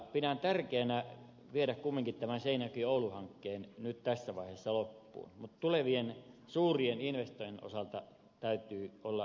pidän tärkeänä viedä kumminkin tämän seinäjokioulu hankkeen nyt tässä vaiheessa loppuun mutta tulevien suurien investointien osalta täytyy olla suurta harkintaa